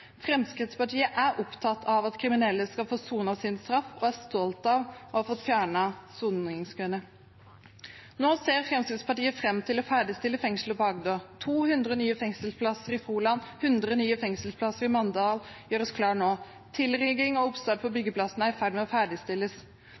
Fremskrittspartiet er opptatt av at kriminelle skal få sonet sin straff, og er stolt av å ha fått fjernet soningskøene. Nå ser Fremskrittspartiet fram til å ferdigstille fengselet på Agder. 200 nye fengselsplasser i Froland og 100 nye fengselsplasser i Mandal gjøres klar nå. Tilrigging og oppstart på